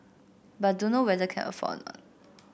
but dunno whether can afford or not